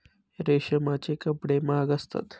रेशमाचे कपडे महाग असतात